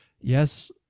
yes